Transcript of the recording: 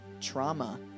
trauma